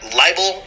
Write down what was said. libel